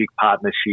partnership